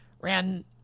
ran